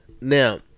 Now